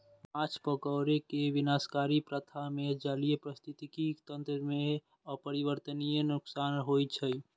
माछ पकड़ै के विनाशकारी प्रथा मे जलीय पारिस्थितिकी तंत्र कें अपरिवर्तनीय नुकसान होइ छै